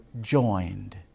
joined